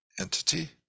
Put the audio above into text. entity